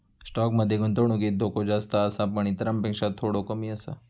stock मध्ये गुंतवणुकीत धोको जास्त आसा पण इतरांपेक्षा थोडो कमी आसा